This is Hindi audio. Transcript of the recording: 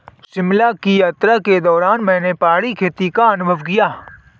शिमला की यात्रा के दौरान मैंने पहाड़ी खेती का अनुभव किया